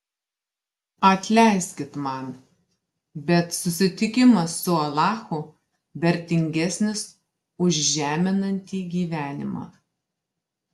atleiskit man bet susitikimas su alachu vertingesnis už žeminantį gyvenimą